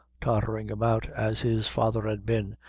tottering about, as his father had been,